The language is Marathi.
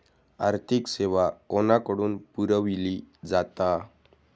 आर्थिक सेवा कोणाकडन पुरविली जाता?